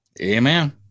Amen